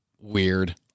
weird